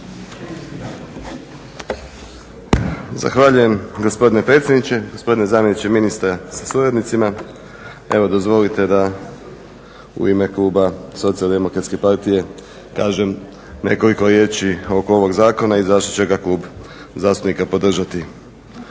Zahvaljujem gospodine predsjedniče, gospodine zamjeniče ministra sa suradnicima. Evo dozvolite da u ime klube Socijaldemokratske partije kažem nekoliko riječi oko ovog zakona i zašto će ga klub zastupnika podržati.